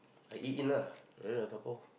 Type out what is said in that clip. I eat in lah then I dabao